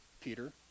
Peter